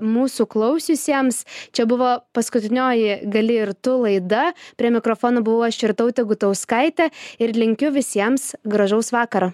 mūsų klausiusiems čia buvo paskutinioji gali ir tu laida prie mikrofono buvau aš irtautė gutauskaitė ir linkiu visiems gražaus vakaro